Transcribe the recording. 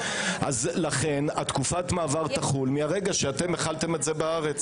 לכן תקופת המעבר תחול מהרגע שהחלתם את זה בארץ.